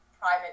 private